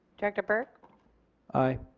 director burke aye.